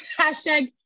Hashtag